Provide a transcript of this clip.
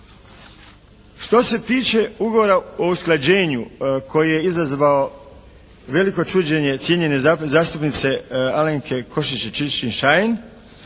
Što se tiče ugovora o usklađenju koji je izazvao veliko čuđenje cijenjene zastupnice Alenke Košiša Čičin-Šain,